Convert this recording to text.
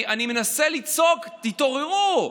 אני מנסה לצעוק: תתעוררו.